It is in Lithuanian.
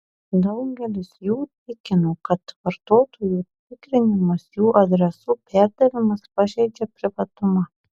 daugelis jų tikino kad vartotojų tikrinimas jų adresų perdavimas pažeidžia privatumą